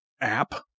app